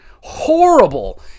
Horrible